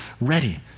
ready